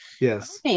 yes